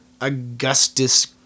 Augustus